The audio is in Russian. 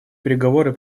переговоры